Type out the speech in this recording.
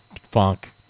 Funk